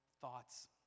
thoughts